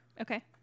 Okay